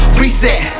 reset